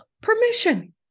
permission